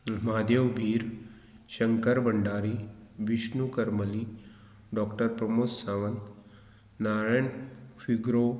Mahadev Bhir Shankar Bhandari Vishnu Karmali doctor Pramod Sawant Narayan फिग्रो